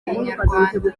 inyarwanda